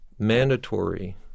mandatory